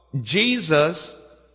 Jesus